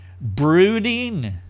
brooding